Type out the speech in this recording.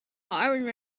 hiring